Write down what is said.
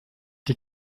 die